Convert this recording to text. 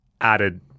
added